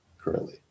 currently